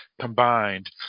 combined